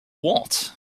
what